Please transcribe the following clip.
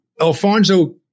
Alfonso